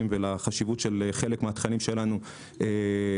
ולחשיבות של חלק מן התכנים שלנו לחברה.